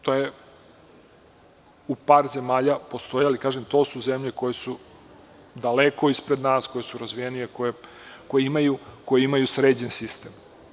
To u par zemalja postoji, ali kažem, to su zemlje koje su daleko ispred nas, koje su razvijenije, koje imaju sređen sistem.